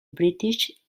british